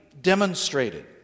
demonstrated